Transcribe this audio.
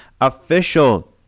official